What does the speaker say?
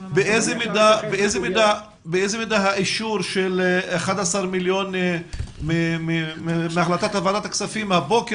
באיזו מידה האישור של 11 מיליון מהחלטת ועדת הכספים הבוקר,